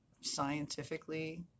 scientifically